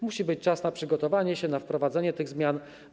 Musi być czas na przygotowanie się, na wprowadzenie tych zmian.